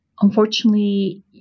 Unfortunately